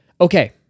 Okay